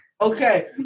Okay